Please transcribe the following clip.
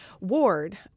ward